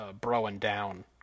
bro-and-down